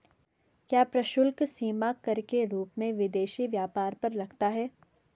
क्या प्रशुल्क सीमा कर के रूप में विदेशी व्यापार पर लगता है?